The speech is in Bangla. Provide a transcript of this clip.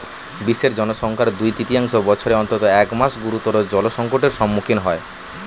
বিশ্বের জনসংখ্যার দুই তৃতীয়াংশ বছরের অন্তত এক মাস গুরুতর জলসংকটের সম্মুখীন হয়